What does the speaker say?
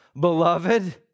beloved